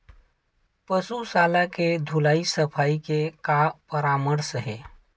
पशु शाला के धुलाई सफाई के का परामर्श हे?